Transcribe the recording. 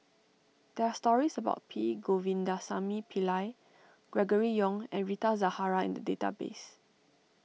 there are stories about P Govindasamy Pillai Gregory Yong and Rita Zahara in the database